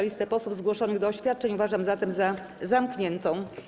Listę posłów zgłoszonych do oświadczeń uważam zatem za zamkniętą.